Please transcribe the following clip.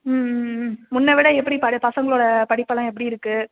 ம் ம் ம் முன்னை விட எப்படி படி பசங்களோடய படிப்பெல்லாம் எப்படி இருக்குது